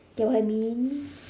get what I mean